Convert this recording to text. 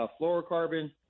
fluorocarbon